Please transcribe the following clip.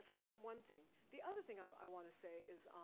so that's one thing. the other thing i wanna say is,